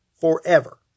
forever